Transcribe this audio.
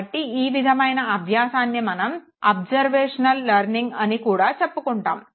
కాబట్టి ఈ విధమైన అభ్యాసాన్ని మనం అబ్సర్వేషనల్ లెర్నింగ్ అని కూడా చెప్పుకుంటాము